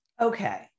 Okay